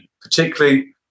particularly